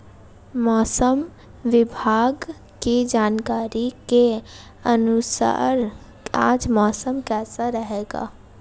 मौसम विभाग की जानकारी के अनुसार आज मौसम कैसा रहेगा?